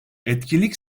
etkinlik